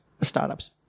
startups